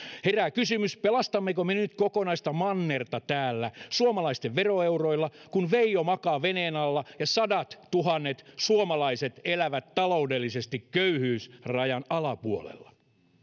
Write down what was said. herää kysymys pelastammeko me nyt kokonaista mannerta täällä suomalaisten veroeuroilla kun veijo makaa veneen alla ja sadattuhannet suomalaiset elävät taloudellisesti köyhyysrajan alapuolella